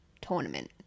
Tournament